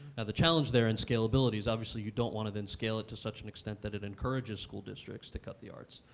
the challenge there in scalability is obviously you don't want to then scale it such an extent that it encourages school districts to cut the arts.